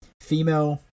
female